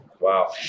Wow